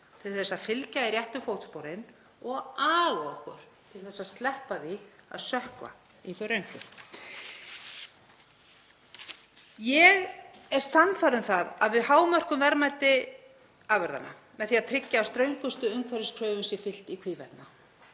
til að fylgja í réttu fótsporin og aga okkur til að sleppa því að sökkva í þau röngu. Ég er sannfærð um að við hámörkum verðmæti afurðanna með því að tryggja að ströngustu umhverfiskröfum sé fylgt í hvívetna.